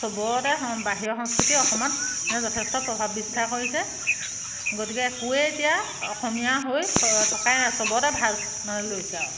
চবতে বাহিৰৰ সংস্কৃতি অসমত মানে যথেষ্ট প্ৰভাৱ বিস্তাৰ কৰিছে গতিকে একোৱে এতিয়া অসমীয়া হৈ থকাই নাই চবতে ভাজ মানে লৈছে আও